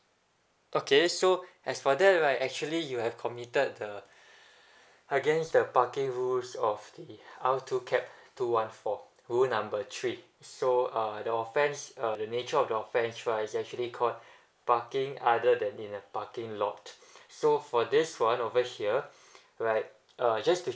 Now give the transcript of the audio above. okay so as for that right actually you have committed the against the parking rules of R two cap two one four rule number three so uh the offense uh the nature of the offense right is actually called parking other than in a parking lot so for this one over here right uh just to